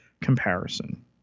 comparison